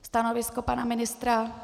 Stanovisko pana ministra?